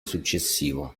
successivo